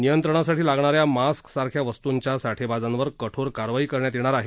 नियंत्रणासाठी लागणाऱ्या मास्कसारख्या वस्तूंच्या साठेबाजांवर कठोर कारवाई करण्यात येणार आहे